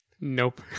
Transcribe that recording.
Nope